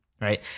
Right